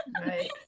right